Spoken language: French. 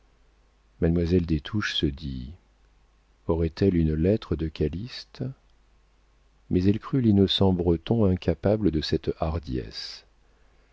touches se dit aurait-elle une lettre de calyste mais elle crut l'innocent breton incapable de cette hardiesse